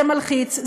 זה מלחיץ,